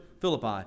Philippi